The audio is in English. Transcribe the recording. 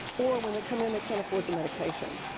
or when they come in, they can't afford the medications.